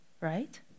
right